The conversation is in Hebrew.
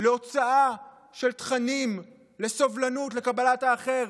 להוצאה של תכנים לסובלנות, לקבלת האחר.